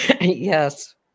Yes